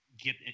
Get